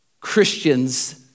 Christians